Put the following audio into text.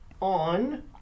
on